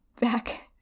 Back